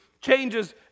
changes